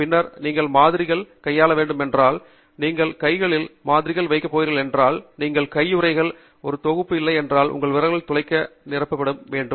பின்னர் நீங்கள் மாதிரிகள் கையாள வேண்டும் என்றால் நீங்கள் உங்கள் கைகளில் மாதிரிகள் வைக்க போகிறீர்கள் என்றால் நீங்கள் கையுறைகள் ஒரு தொகுப்பு இல்லை என்றால் உங்கள் விரல்கள் துளைகள் நிரப்ப வேண்டும்